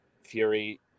Fury